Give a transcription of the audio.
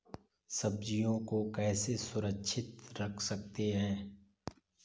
सब्जियों को कैसे सुरक्षित रख सकते हैं?